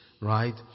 right